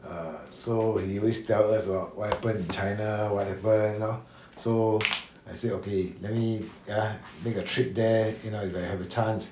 err so he always tell us about what happened in china what happened you know so I said okay maybe ya let me make a trip there you know you might have a chance